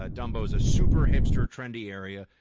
ah dumbo is a super hipster trendy area.